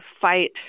fight